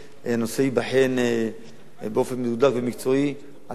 הנושא ייבחן באופן מוגדר ומקצועי על הצד